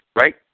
Right